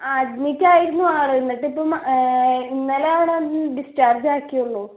ആ അഡ്മിറ്റായിരുന്നു ആള് എന്നിട്ടിപ്പം ഇന്നലെ അവളെ ഡിസ്ചാർജ്ജാക്കിയുള്ളു